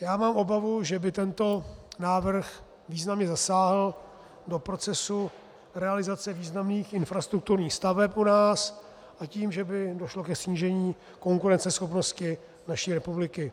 Já mám obavu, že by tento návrh významně zasáhl do procesu realizace významných infrastrukturních staveb u nás, a tím by došlo ke snížení konkurenceschopnosti naší republiky.